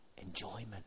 enjoyment